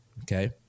okay